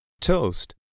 Toast